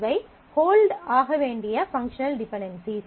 இவை ஹோல்ட் ஆக வேண்டிய பங்க்ஷனல் டிபென்டென்சிஸ்